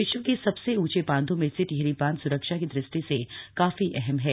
विश्व के सबसे ऊंचे बांधों में से टिहरी बांध सुरक्षा की दृष्टि से काफी अहम है